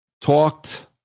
talked